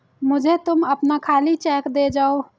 मुझे तुम अपना खाली चेक दे जाओ